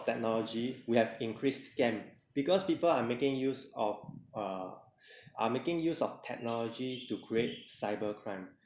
technology we have increased scam because people are making use of uh are making use of technology to create cyber crime